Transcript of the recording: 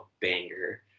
banger